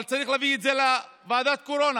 אבל צריך להביא את זה לוועדת קורונה.